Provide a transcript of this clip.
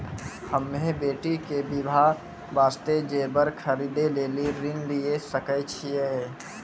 हम्मे बेटी के बियाह वास्ते जेबर खरीदे लेली ऋण लिये सकय छियै?